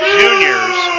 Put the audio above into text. juniors